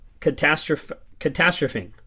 catastrophing